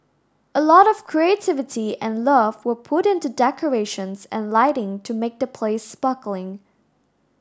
a lot of creativity and love were put into decorations and lighting to make the place sparkling